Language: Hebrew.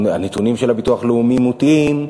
הנתונים של הביטוח הלאומי מוטעים.